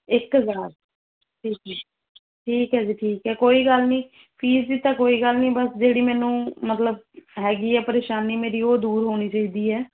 ਇੱਕ ਹਜ਼ਾਰ ਠੀਕ ਹੈ ਠੀਕ ਹੈ ਜੀ ਠੀਕ ਹੈ ਕੋਈ ਗੱਲ ਨਹੀਂ ਫੀਸ ਦੀ ਤਾਂ ਕੋਈ ਗੱਲ ਨਹੀਂ ਬਸ ਜਿਹੜੀ ਮੈਨੂੰ ਮਤਲਬ ਹੈਗੀ ਆ ਪਰੇਸ਼ਾਨੀ ਮੇਰੀ ਉਹ ਦੂਰ ਹੋਣੀ ਚਾਹੀਦੀ ਹੈ